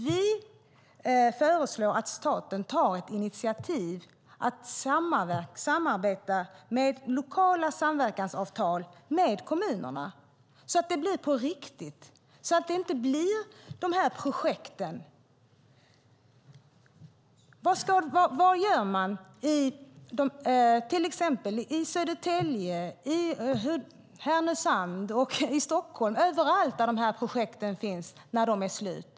Vi föreslår att staten tar ett initiativ till samarbete genom lokala samverkansavtal med kommunerna så att det blir på riktigt och inte de här projekten. Vad gör man till exempel i Södertälje, Härnösand, Stockholm och överallt där de här projekten finns när de är slut?